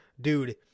Dude